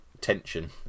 tension